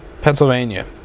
Pennsylvania